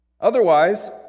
Otherwise